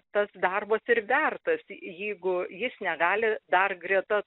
tas darbas ir vertas jeigu jis negali dar greta